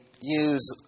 use